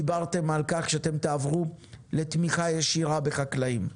דיברתם על כך שתעברו לתמיכה ישירה בחקלאים.